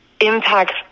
impacts